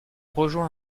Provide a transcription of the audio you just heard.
rejoint